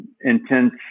intense